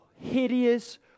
hideous